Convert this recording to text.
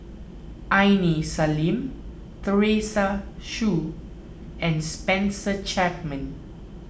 Aini Salim Teresa Hsu and Spencer Chapman